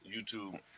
YouTube